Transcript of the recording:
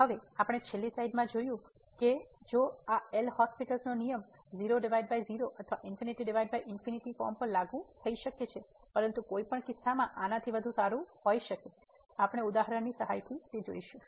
હવે આપણે છેલ્લી સ્લાઈડમાં જોયું છે કે જોકે આ એલ હોસ્પિટલL'hospital'sનો નિયમ 00 અથવા ∞∞ ફોર્મ પર લાગુ થઈ શકે છે પરંતુ કોઈ પણ કિસ્સામાં આનાથી વધુ સારું હોઇ શકે આપણે ઉદાહરણની સહાયથી જોશું